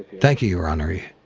thank you, your honoree.